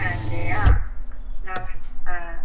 ஆ ஓகேயா நான் ஆ